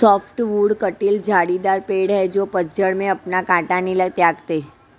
softwood कँटीले झाड़ीदार पेड़ हैं जो पतझड़ में अपना काँटा नहीं त्यागते